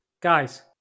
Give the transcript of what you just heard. Guys